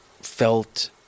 felt